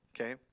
okay